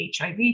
HIV